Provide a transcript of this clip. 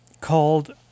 called